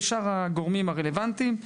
ושאר הגורמים הרלוונטיים,